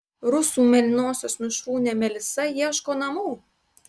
rusų mėlynosios mišrūnė melisa ieško namų